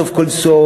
סוף כל סוף,